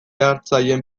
hartzaileen